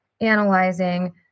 analyzing